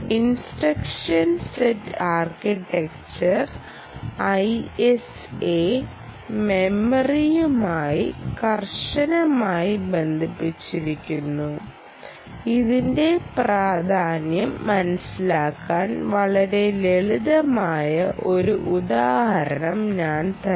instruction set architecture ISA മെമ്മറിയുമായി കർശനമായി ബന്ധിപ്പിച്ചിരിക്കുന്നു ഇതിന്റെ പ്രാധാന്യം മനസ്സിലാക്കാൻ വളരെ ലളിതമായ ഒരു ഉദാഹരണം ഞാൻ തരാം